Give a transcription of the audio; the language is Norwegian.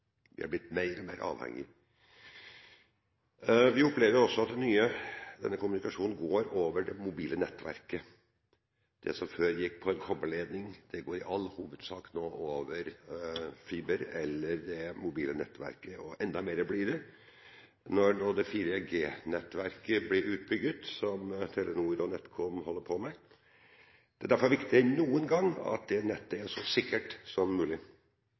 Vi er blitt mer og mer avhengig. Vi opplever også at denne nye kommunikasjonen går over det mobile nettverket. Det som før gikk på en kobberledning, går i all hovedsak nå over fiber eller det mobile nettverket, og enda mer blir det når det 4G-nettverket som Telenor og NetCom holder på med, blir utbygd. Det er derfor viktigere enn noen gang at det nettet er så sikkert som mulig.